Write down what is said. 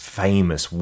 famous